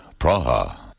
Praha